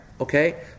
Okay